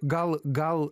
gal gal